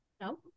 No